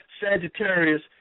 Sagittarius